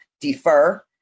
defer